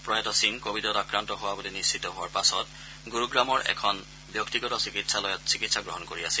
প্ৰয়াত সিং কোৱিডত আক্ৰান্ত হোৱা বুলি নিশ্চিত হোৱাৰ পাছত গুৰুগ্ৰামৰ এখন ব্যক্তিগত চিকিৎসালয়ত চিকিৎসা গ্ৰহণ কৰি আছিল